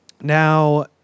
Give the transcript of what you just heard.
Now